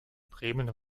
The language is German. bremen